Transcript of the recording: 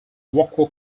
waco